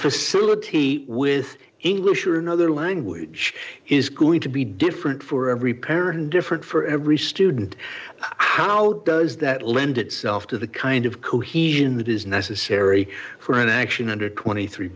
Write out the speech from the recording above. facility with english or another language is going to be different for every pair and different for every student how does that lend itself to the kind of cohesion that is necessary for an action under twenty three